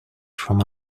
from